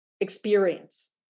experience